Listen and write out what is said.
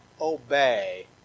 obey